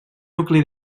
nucli